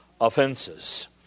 offenses